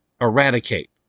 eradicate